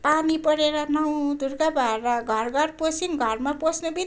पानी परेर नौ दुर्गा भएर घर घर पस्यौँ घरमा पस्नेबित्तिकै